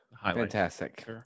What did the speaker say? fantastic